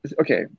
okay